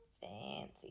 fancy